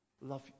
Love